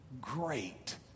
great